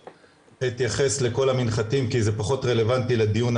אתייחס לכל המנחתים כי זה פחות רלוונטי לדיון,